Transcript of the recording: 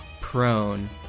prone